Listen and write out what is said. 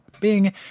Bing